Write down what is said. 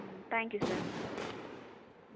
ம் thank you sir ம்